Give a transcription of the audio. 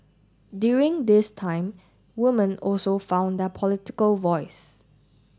during this time woman also found their political voice